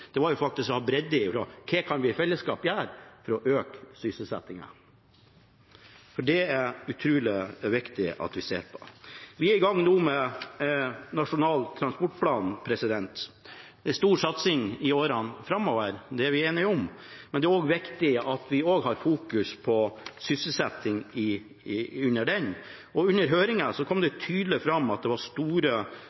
faktisk å ha bredde: Hva kan vi i fellesskap gjøre for å øke sysselsettingen? For det er det utrolig viktig at vi ser på. Vi er nå i gang med Nasjonal transportplan – en stor satsing i årene framover, det er vi enige om, men det er viktig at vi også har fokus på sysselsetting der. Under høringen kom det tydelig fram at det